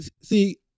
See